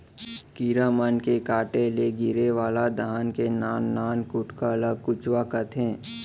कीरा मन के काटे ले गिरे वाला धान के नान नान कुटका ल कुचवा कथें